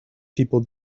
people